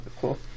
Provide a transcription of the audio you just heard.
Cool